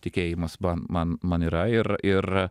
tikėjimas man man yra ir ir